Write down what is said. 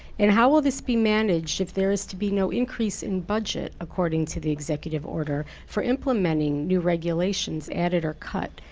and how will this be managed if there is to be no increase in budget, according to the executive order, for implementing new regulations added or cut?